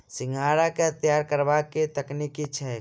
सिंघाड़ा केँ तैयार करबाक की तकनीक छैक?